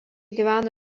gyvena